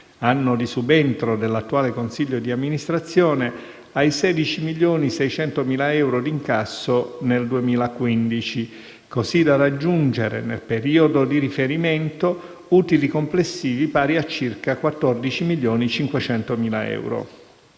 (anno di subentro dell'attuale consiglio di amministrazione) ai 16,6 milioni di euro d'incasso nel 2015, così da raggiungere nel periodo di riferimento utili complessivi pari a circa 14,5 milioni di euro.